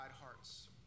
hearts